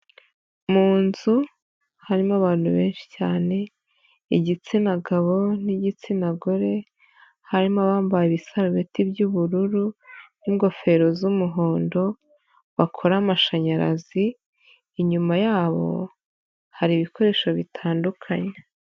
Mu nzu harimo abantu benshi cyane igitsina gabo n'igitsina gore, harimo abambaye ibisarubeti by'ubururu n'ingofero z'umuhondo bakora amashanyarazi, inyuma yabo hari ibikoresho bitandukanye.